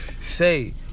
say